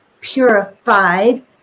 purified